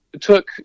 took